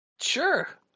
Sure